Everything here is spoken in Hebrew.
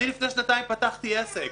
לפני שנתיים פתחתי עסק,